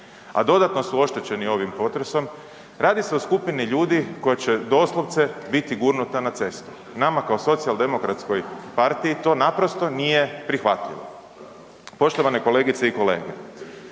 a dodatno su oštećeni ovim potresom, radi se o skupini ljudi koji će doslovce biti gurnuta na cestu. Nama kao socijaldemokratskoj partiji to naprosto nije prihvatljivo. Poštovane kolegice i kolege,